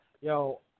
yo